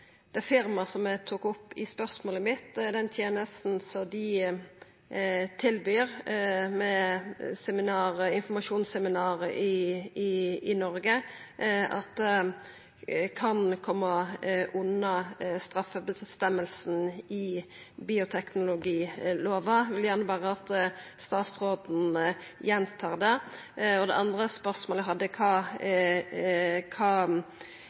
det firmaet som tilbyr den tenesta som eg nemnde i spørsmålet, med informasjonsseminar i Noreg, kan koma seg unna straffeføresegna i bioteknologilova. Eg vil gjerne at statsråden gjentar det. Det andre spørsmålet eg hadde, er kva